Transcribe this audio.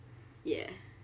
yeah